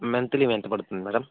monthly ఎంత పడుతుంది madam